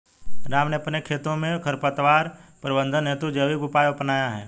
राम ने अपने खेतों में खरपतवार प्रबंधन हेतु जैविक उपाय अपनाया है